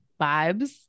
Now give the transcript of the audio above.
vibes